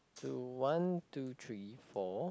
so one two three four